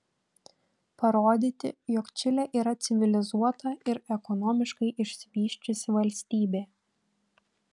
parodyti jog čilė yra civilizuota ir ekonomiškai išsivysčiusi valstybė